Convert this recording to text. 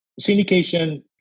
syndication